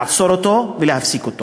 לעצור ולהפסיק.